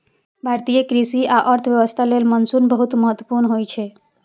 भारतीय कृषि आ अर्थव्यवस्था लेल मानसून बहुत महत्वपूर्ण होइ छै